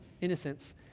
innocence